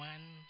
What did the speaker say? One